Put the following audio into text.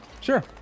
Sure